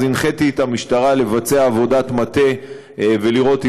אז הנחיתי את המשטרה לבצע עבודת מטה ולראות אם